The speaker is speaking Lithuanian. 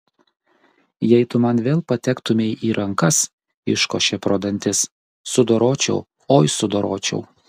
jei tu man vėl patektumei į rankas iškošė pro dantis sudoročiau oi sudoročiau